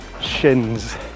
shins